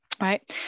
Right